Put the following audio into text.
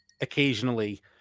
occasionally